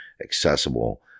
accessible